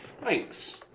Thanks